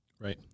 Right